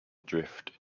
drift